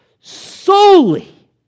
solely